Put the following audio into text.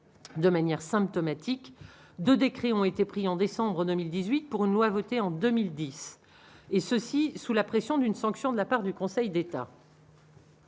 de manière symptomatique de décrets ont été pris en décembre 2018 pour une loi votée en 2010 et ceci sous la pression d'une sanction de la part du Conseil d'État.